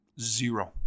Zero